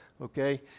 Okay